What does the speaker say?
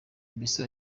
mbese